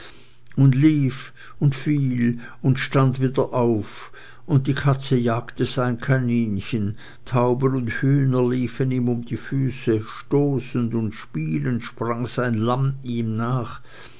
und lief und fiel und stand wieder auf und die katze jagte sein kaninchen tauben und hühner liefen ihm um die füße stoßend und spielend sprang sein lamm ihm nach